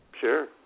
Sure